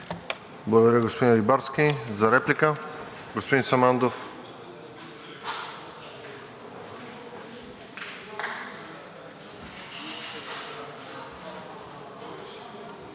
Благодаря, господин Рибарски. За реплика, господин Самандов.